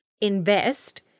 invest